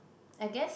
I guess